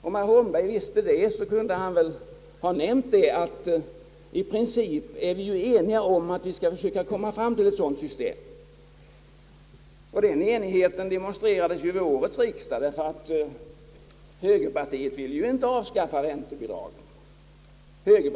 Om herr Holmberg hade vetat det kunde han väl ha nämnt att vi ju är eniga i princip om att vi skall försöka komma fram till ett sådant system. För övrigt ville inte heller högerpartiet vid årets riksdag avskaffa räntebidragen.